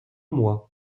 mois